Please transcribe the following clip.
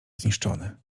zniszczony